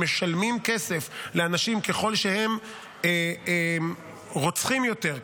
משלמים כסף לאנשים ככל שהם רוצחים יותר,